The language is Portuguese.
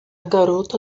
garota